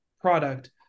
product